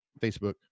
Facebook